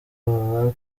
baba